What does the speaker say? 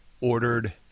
ordered